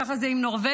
ככה זה עם נורבגים,